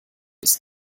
ist